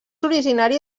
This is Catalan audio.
originari